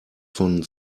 von